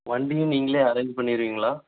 வண்டியும் நீங்களே அரேஞ்ச் பண்ணிடுவீங்களா